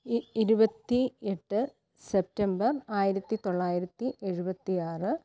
E ഇരുപത്തി എട്ട് September ആയിരത്തി തൊള്ളായിരത്തി എഴുപത്തി ആറ്